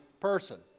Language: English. person